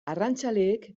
arrantzaleek